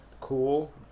cool